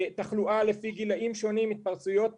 תחלואה לפי גילאים שונים, התפרצויות,